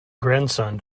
grandson